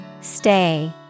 Stay